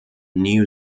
new